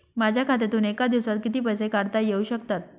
माझ्या खात्यातून एका दिवसात किती पैसे काढता येऊ शकतात?